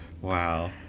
Wow